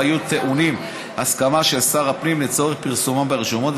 יהיו טעונים הסכמה של שר הפנים לצורך פרסומם ברשומות,